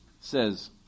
says